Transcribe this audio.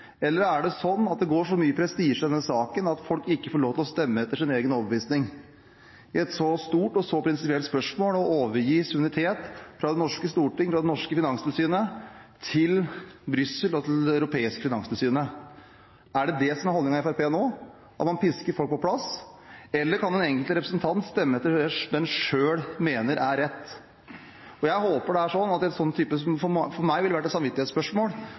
Eller er det sånn at det går så mye prestisje i denne saken at folk ikke får lov til å stemme etter sin egen overbevisning? I et så stort og så prinsipielt spørsmål som å avgi suverenitet fra Det norske storting og det norske finanstilsynet til Brussel og det europeiske finanstilsynet, er det det som er holdningen i Fremskrittspartiet nå – at man pisker folk på plass? Eller kan den enkelte representant stemme etter det en selv mener er rett? Jeg håper i en sånn type spørsmål, som for meg ville ha vært et samvittighetsspørsmål,